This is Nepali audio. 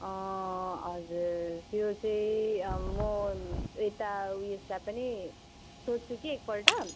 हजुर त्यो चाहिँ म यता ऊ यसलाई पनि सोद्छु कि एकपल्ट